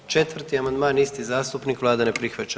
1. amandman isti zastupnik, vlada ne prihvaća.